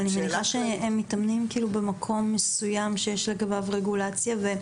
אבל השאלה היא שהם מתאמנים במקום מסוים שיש לגביו רגולציה של